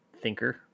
thinker